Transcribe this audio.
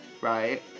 right